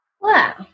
Wow